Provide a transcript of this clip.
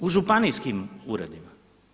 U županijskim uredima.